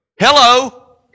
Hello